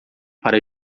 para